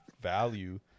value